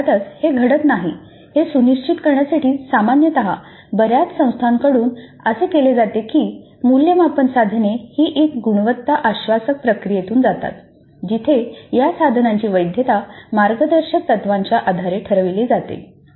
आणि अर्थातच हे घडत नाही हे सुनिश्चित करण्यासाठी सामान्यत बऱ्याच संस्थांकडून असे केले जाते की मूल्यमापन साधने ही एक गुणवत्ता आश्वासक प्रक्रियेतून जातात जिथे या साधनांची वैधता मार्गदर्शक तत्त्वांच्या आधारे ठरवली जाते